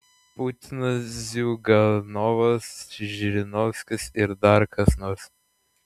putinas ziuganovas žirinovskis ir dar kas nors